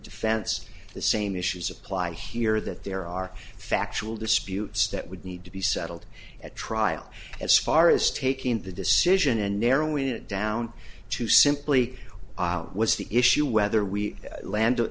defense the same issues apply here that there are factual disputes that would need to be settled at trial as far as taking the decision and narrowing it down to simply was the issue whether we land